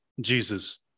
Jesus